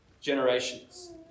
generations